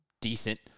decent